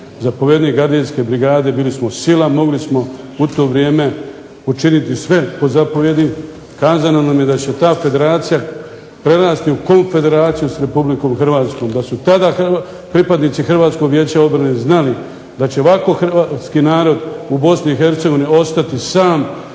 zapovjednik gardijske brigade, bili smo sila, mogli smo u to vrijeme učiniti sve po zapovjedi, kazano nam je da će ta federacija prerasti u konfederaciju sa Republikom Hrvatskoj, da su tada pripadnici Hrvatskog vijeća obrane znali da će ovako Hrvatski narod u Bosni i